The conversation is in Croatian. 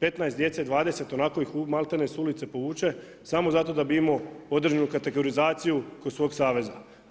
15 djece, 20 onako ih malte ne s ulice povuče samo zato da bi imao određenu kategorizaciju kod svog saveza.